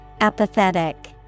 Apathetic